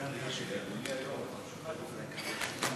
אדוני חבר הכנסת אחמד טיבי, מוותיקי הבית הזה,